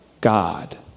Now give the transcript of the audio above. God